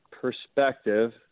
perspective